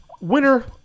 winner